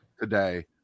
today